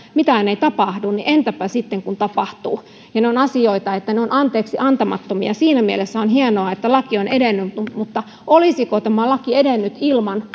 mitään ei tapahdu niin entäpä sitten kun tapahtuu ne ovat asioita jotka ovat anteeksiantamattomia siinä mielessä on hienoa että laki on edennyt mutta olisiko tämä laki edennyt ilman